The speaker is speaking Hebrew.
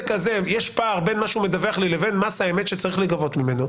הזה יש פער בין מה שהוא מדווח לי לבין מס האמת שצריך להיגבות ממנו,